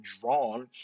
drawn